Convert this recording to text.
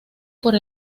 por